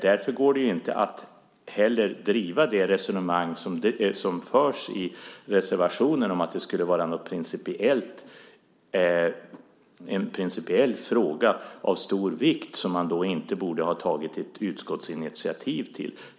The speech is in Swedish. Därför går det inte heller att driva det resonemang som förs i reservationen om att det skulle vara en principiell fråga av stor vikt som man inte borde ha tagit ett utskottsinitiativ till.